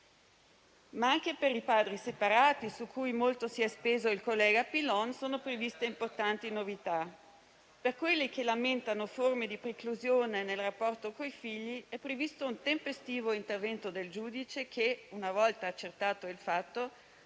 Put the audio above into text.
anche per i padri separati, su cui molto si è speso il collega Pillon. Per quelli che lamentano forme di preclusione nel rapporto con i figli è previsto un tempestivo intervento del giudice che, una volta accertato il fatto,